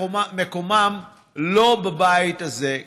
מקומם לא בבית הזה,